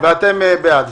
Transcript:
ואתם בעד.